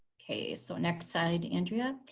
okay so next slide andrea.